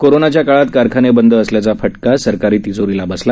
कोरोनाच्या काळात कारखाने बंद असल्याचा फटका सरकारी तिजोरीला बसला